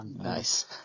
Nice